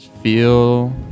Feel